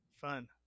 fun